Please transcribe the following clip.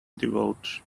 divulge